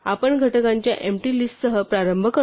आपण घटकांच्या एम्पटी लिस्टसह प्रारंभ करतो